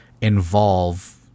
involve